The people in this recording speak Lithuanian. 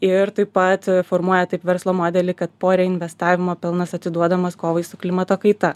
ir taip pat formuoja taip verslo modelį kad po reinvestavimo pelnas atiduodamas kovai su klimato kaita